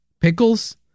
pickles